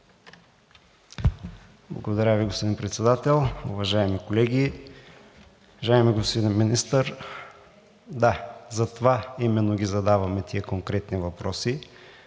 Благодаря Ви, господин Председател. Уважаеми колеги! Уважаеми господин министър, да, затова именно ги задаваме тези конкретни въпроси